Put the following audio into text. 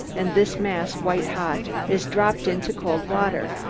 and this mass, white-hot, is dropped into cold water.